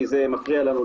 כי זה מפריע לנו,